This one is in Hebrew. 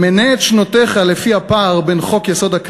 מנה את שנותיך לפי הפער בין חוק-יסוד: